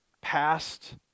past